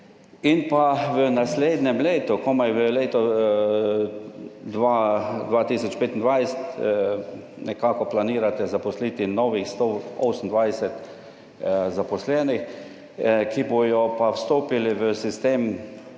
in pa v naslednjem letu komaj, v letu 2025 nekako planirate zaposliti novih 128 zaposlenih, ki bodo pa vstopili v sistem